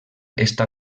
està